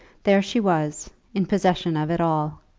there she was in possession of it all.